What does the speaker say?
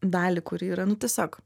dalį kuri yra nu tiesiog